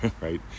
right